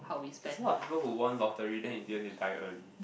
that's a lot of people who won lottery then in the end they die early